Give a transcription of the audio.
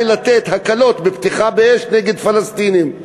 לתת הקלות בפתיחה באש נגד פלסטינים.